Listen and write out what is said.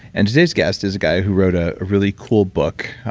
and today's guest is a guy who wrote a really cool book,